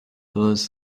was